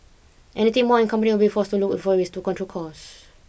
anything more and company will forced to look for ways to control costs